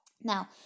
Now